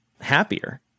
happier